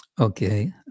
Okay